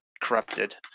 corrupted